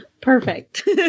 perfect